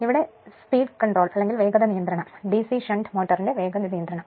ഇപ്പോൾ യഥാർത്ഥത്തിൽ നോക്കിയാൽ ഒരു DC ഷണ്ട് മോട്ടോറിന്റെ വേഗത നിയന്ത്രണം